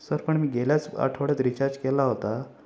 sir पण मी गेल्याच आठवड्यात रिचार्ज केला होता